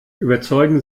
überzeugen